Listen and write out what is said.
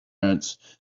ants